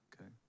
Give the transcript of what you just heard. okay